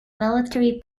military